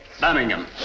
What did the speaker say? Birmingham